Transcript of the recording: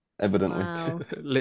Evidently